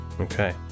okay